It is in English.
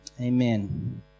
Amen